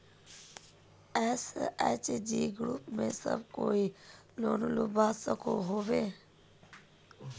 SHG group से सब कोई लोन लुबा सकोहो होबे?